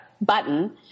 button